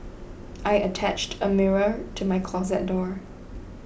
I attached a mirror to my closet door